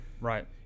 right